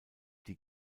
die